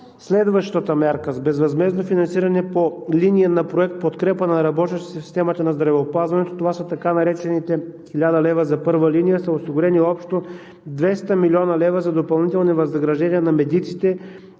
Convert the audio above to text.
Следващата мярка с безвъзмездно финансиране по линия на Проект „Подкрепа на работещите в системата на здравеопазването“, това са така наречените 1000 лв. за първа линия, са осигурени общо 200 млн. лв. за допълнителни възнаграждения на медиците